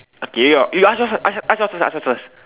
okay your you ask ask us ask us to ask us first